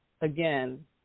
again